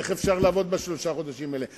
איך אפשר לעבוד בשלושת החודשים האלה?